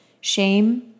Shame